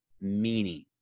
meaning